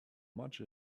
much